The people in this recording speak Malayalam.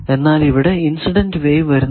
എന്നാൽ ഇവിടെ ഇൻസിഡന്റ് വേവ് വരുന്നില്ല